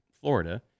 Florida